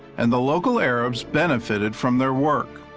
and the local arabs benefited from their work.